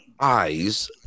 eyes